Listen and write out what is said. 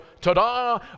ta-da